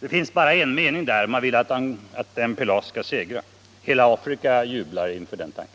det finns bara en mening där — man vill att MPLA skall segra. Hela Afrika jublar inför den tanken.